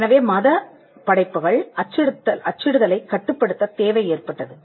எனவே மத படைப்புகள் அச்சிடுதலைக் கட்டுப்படுத்தத் தேவை ஏற்பட்டது